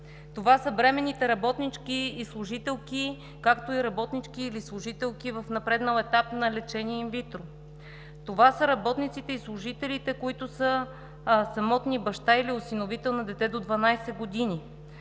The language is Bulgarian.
това са бременните работнички и служителки, както и работнички или служителки в напреднал етап на лечение инвитро, това са работниците и служителите, които са самотни – баща или осиновител на дете до 12 години,